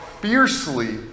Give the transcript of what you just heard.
fiercely